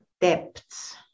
depths